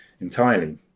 entirely